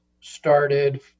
started